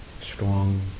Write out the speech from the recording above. strong